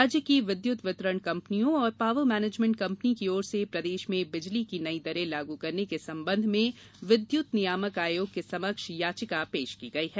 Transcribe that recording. राज्य की विद्युत वितरण कंपनियों और पॉवर मैनेजमेंट कंपनी की ओर से राज्य में बिजली की नयी दरें लागू करने के संबंध में विद्युत नियामक आयोग के समक्ष याचिका पेश की गयी है